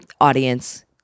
audience